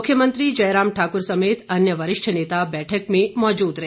मुख्यमंत्री जयराम ठाकुर समेत अन्य वरिष्ठ नेता बैठक में मौजूद रहे